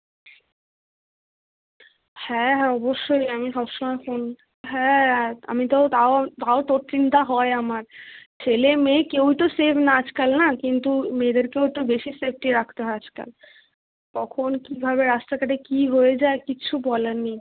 হ্যাঁ হ্যাঁ অবশ্যই আমি সব সময় ফোন হ্যাঁ আমি তাও তাও তাও তোর চিন্তা হয় আমার ছেলে মেয়ে কেউই তো সেফ না আজকাল না কিন্তু মেয়েদেরকেও একটু বেশি সেফটি রাখতে হয় আজকাল কখন কীভাবে রাস্তাঘাটে কী হয়ে যায় কিচ্ছু বলার নেই